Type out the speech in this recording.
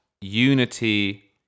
unity